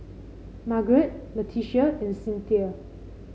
Margeret Leticia and Cynthia